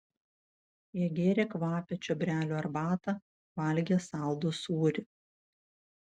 jie gėrė kvapią čiobrelių arbatą valgė saldų sūrį